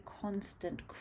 constant